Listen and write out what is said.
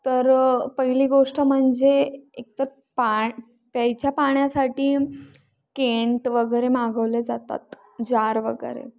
तर पहिली गोष्ट म्हणजे एकतर पाय प्यायच्या पाण्यासाठी केंट वगैरे मागवले जातात जार वगैरे